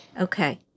Okay